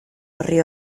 orri